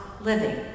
living